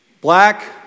black